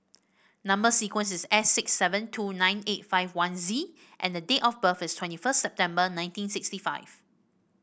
number sequence is S six seven two nine eight five one Z and the date of birth is twenty first September nineteen sixty five